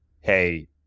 Hey